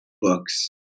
books